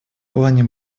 плане